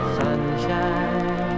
sunshine